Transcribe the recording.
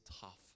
tough